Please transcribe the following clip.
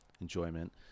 enjoyment